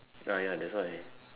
ya ya that's why